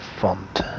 font